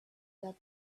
that